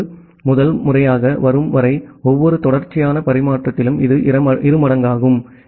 பிரிவு முதல் முறையாக வரும் வரை ஒவ்வொரு தொடர்ச்சியான பரிமாற்றத்திலும் இது இருமடங்காகும்